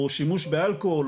או שימוש באלכוהול,